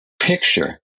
Picture